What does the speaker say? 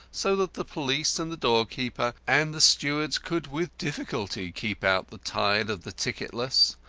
so that the police, and the doorkeeper, and the stewards could with difficulty keep out the tide of the ticketless,